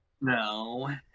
No